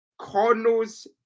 Cardinals